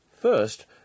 First